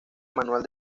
manual